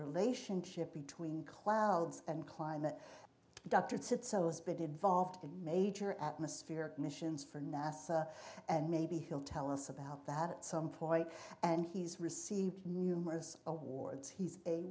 relationship between clouds and climate doctorates it sells be devolved to major atmospheric missions for nasa and maybe he'll tell us about that at some point and he's received numerous awards he's a